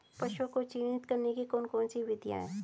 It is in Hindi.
पशुओं को चिन्हित करने की कौन कौन सी विधियां हैं?